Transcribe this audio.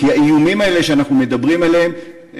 כי האיומים האלה שאנחנו מדברים עליהם,